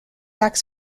acts